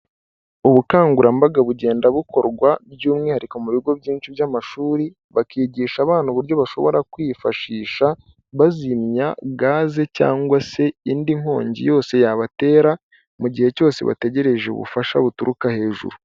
Ubukangurambaga bugenda bukorwa by'umwihariko mu bigo byinshi by'amashuri, bakigisha abana uburyo bashobora kwifashisha bazimya gaze cyangwa se indi nkongi yose yabatera mu gihe cyose bategereje ubufasha buturuka hejuru.